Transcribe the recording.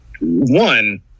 one